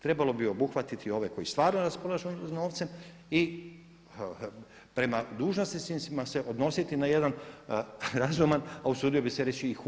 Trebalo bi obuhvatiti ove koji stvarno raspolažu s novcem i prema dužnosnicima se odnositi na jedan razuman a usudio bih se reći i human način.